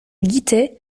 guittet